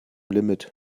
limit